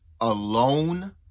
alone